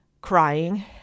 crying